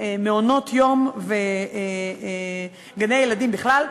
מעונות-יום וגני-ילדים בכלל,